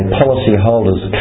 policyholder's